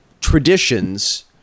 traditions